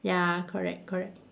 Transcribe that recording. ya correct correct